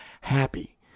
happy